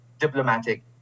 diplomatic